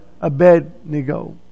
Abednego